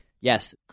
Yes